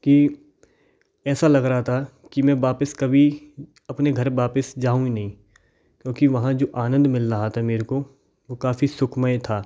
कि ऐसा लग रहा था कि मैं वापस कभी अपने घर वापस जाऊं ही नहीं क्योंकि वहाँ जो आनंद मिल रहा था मेरे को वो काफ़ी सुखमय था